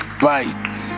bite